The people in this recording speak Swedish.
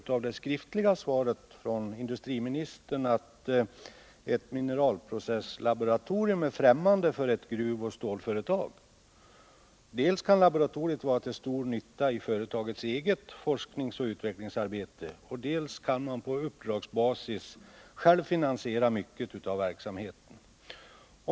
Jag anser inte, i motsats till industriministern, att ett mineralprocesslaboratorium skulle vara främmande för ett gruvoch stålföretag. Dels kan laboratoriet vara till stor nytta för företagets eget forskningsoch utvecklingsarbete, dels kan laboratoriet på uppdragsbasis självt finansiera mycket av verksamheten.